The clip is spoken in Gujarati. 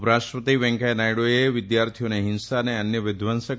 ઉપરાષ્ટ્રપતિ વેકૈયાહ નાયડુએ વિદ્યાર્થીઓને હિંસા અને અન્ય વિદ્વવંસક